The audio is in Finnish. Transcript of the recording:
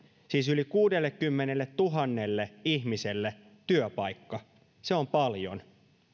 siis yli kuudellekymmenelletuhannelle ihmiselle työpaikka se on paljon